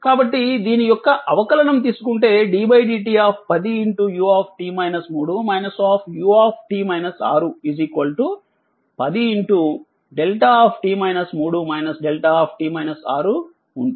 కాబట్టి దీని యొక్క అవకలనం తీసుకుంటే ddt 10 u u 10 δ δ ఉంటుంది